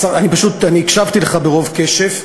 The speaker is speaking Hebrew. אני הקשבתי לך ברוב קשב,